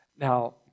Now